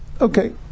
Okay